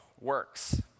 works